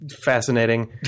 fascinating